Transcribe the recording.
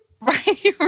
Right